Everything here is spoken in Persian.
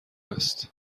است